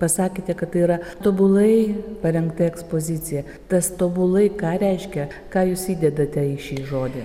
pasakėte kad yra tobulai parengta ekspozicija tas tobulai ką reiškia ką jūs įdedate į šį žodį